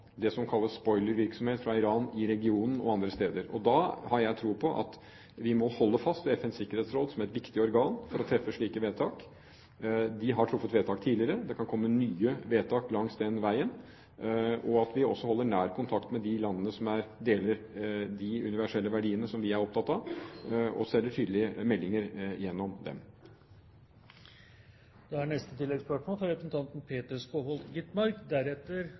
det som kan kalles spoilervirksomhet fra Iran i regionen og andre steder. Da har jeg tro på at vi må holde fast ved FNs sikkerhetsråd som et viktig organ for å treffe slike vedtak – de har truffet vedtak tidligere, det kan komme nye vedtak langs den veien – og at vi også holder nær kontakt med de landene som deler de universelle verdiene som vi er opptatt av og sender tydelige meldinger gjennom dem.